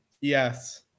Yes